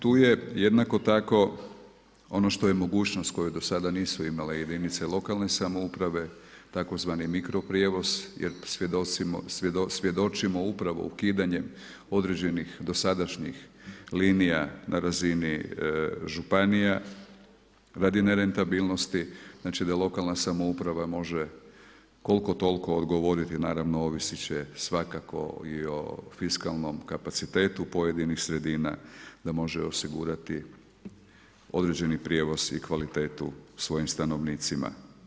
Tu je jednako tako ono što je mogućnost, koju do sada nisu imale jedinice lokalne samouprave, tzv. mikro prijevoz, jer svjedočimo upravo ukidanje, određenih dosadašnjih linija, na razini županija, radi nerentabilnosti, znači da lokalna samouprava, može koliko toliko odgovoriti, naravno ovisiti će svakako i o fiskalnom kapacitetu pojedinih sredina, da može osigurati određeni prijevoz i kvalitetu svojim stanovnicima.